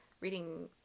reading